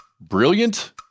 brilliant